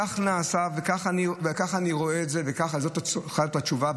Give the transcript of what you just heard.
כך נעשה וכך אני רואה את זה וזאת צריכה להיות התשובה.